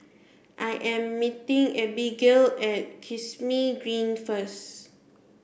I am meeting Abigale at Kismis Green first